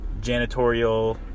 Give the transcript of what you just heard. janitorial